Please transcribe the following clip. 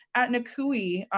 at nukui,